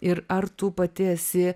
ir ar tu pati esi